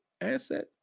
asset